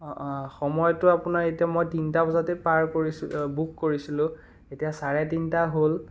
সময়তো আপোনাৰ এতিয়া মই তিনিটা বজাতে পাৰ কৰিছোঁ বুক কৰিছিলোঁ এতিয়া চাৰে তিনিটা হ'ল